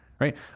Right